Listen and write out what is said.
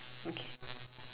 okay